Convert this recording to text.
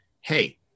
hey